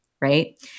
right